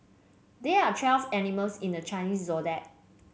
there are twelve animals in the Chinese Zodiac